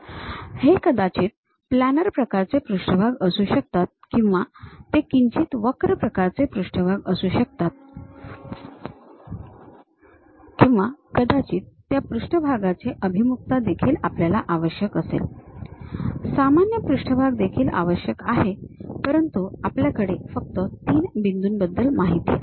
हे कदाचित प्लॅनर प्रकारचे पृष्ठभाग असू शकतात किंवा ते किंचित वक्र प्रकारचे पृष्ठभाग असू शकतात किंवा कदाचित त्या पृष्ठभागाचे अभिमुखता देखील आपल्याला आवश्यक असेल त्यामुळे सामान्य पृष्ठभाग देखील आवश्यक आहे परंतु आपल्याकडे फक्त तीन बिंदूंबद्दल माहिती आहे